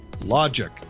logic